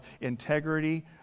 integrity